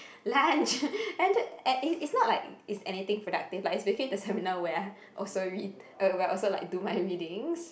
lunch and it it's not like it's anything productive like it's basically the seminar where also read where I also like do my readings